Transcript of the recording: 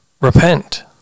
repent